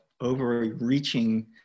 overreaching